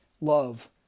love